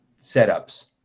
setups